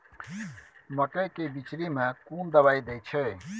मकई के बिचरी में कोन दवाई दे छै?